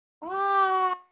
Bye